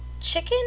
Chicken